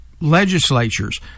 legislatures